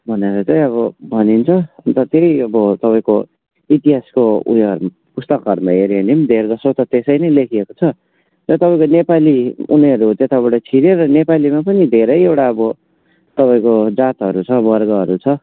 भनेर चाहिँ अब भनिन्छ अनि त फेरि अब तपाईँको इतिहासको ऊ योहरू पुस्तकहरूलाई हेर्यो भने नि धेरैजसो त त्यसै नै लेखिएको छ र तपाईँको नेपाली उनीहरू त्यताबाट छिऱ्यो र नेपालीमा पनि धेरैवटा अब तपाईँको जातहरू वर्गहरू छ